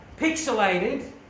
pixelated